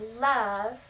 love